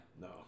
No